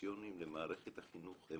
הקואליציוניים למערכת החינוך הם